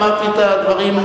אמרתי את הדברים,